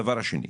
הדבר השני,